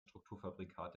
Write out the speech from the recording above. strukturfabrikat